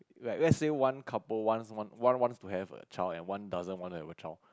like let's say one couple one's one wants to have a child and one doesn't want to have a child